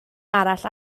arall